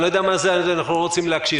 אני לא יודע מה זה אנחנו לא רוצים להקשיב.